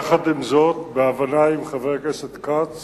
עם זאת, בהבנה עם חבר הכנסת כץ